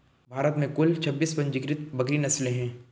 भारत में कुल छब्बीस पंजीकृत बकरी नस्लें हैं